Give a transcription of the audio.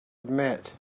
admit